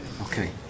Okay